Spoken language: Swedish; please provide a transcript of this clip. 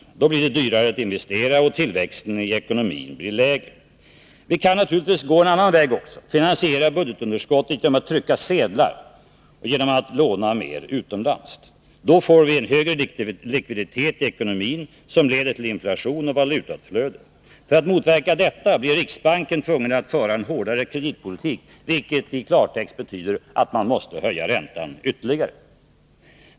Då blir det dyrare att investera, och tillväxten i ekonomin blir lägre. Vi kan naturligtvis gå en annan väg också; finansiera budgetunderskottet genom att trycka sedlar och genom att låna mer utomlands. Då får vi högre likviditet i ekonomin, som leder till inflation och valutautflöde. För att motverka detta blir riksbanken tvungen att föra en hårdare kreditpolitik, vilket i klartext betyder att räntan måste höjas ytterligare.